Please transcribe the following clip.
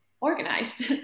organized